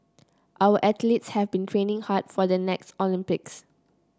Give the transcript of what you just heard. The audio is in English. our athletes have been training hard for the next Olympics